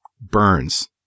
burns